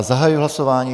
Zahajuji hlasování.